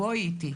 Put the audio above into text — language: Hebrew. בואי איתי.